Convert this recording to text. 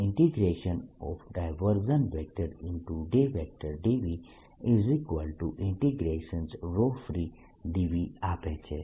D dVfree dV આપે છે